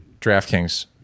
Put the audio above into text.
DraftKings